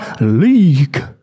league